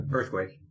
Earthquake